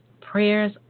Prayers